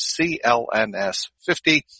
CLNS50